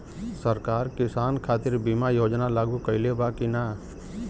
सरकार किसान खातिर बीमा योजना लागू कईले बा की ना?